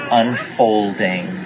unfolding